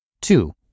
Two